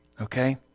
Okay